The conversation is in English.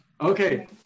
Okay